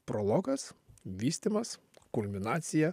prologas vystymas kulminacija